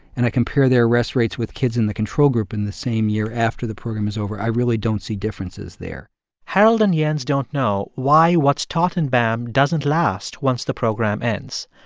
and i compare their arrest rates with kids in the control group in the same year after the program is over, i really don't see differences there harold and jens don't know why what's taught in bam doesn't last once the program ends,